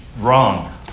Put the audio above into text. wrong